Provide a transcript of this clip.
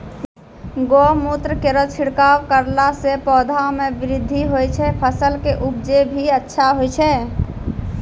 गौमूत्र केरो छिड़काव करला से पौधा मे बृद्धि होय छै फसल के उपजे भी अच्छा होय छै?